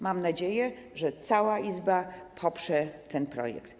Mam nadzieję, że cała Izba poprze ten projekt.